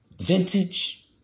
vintage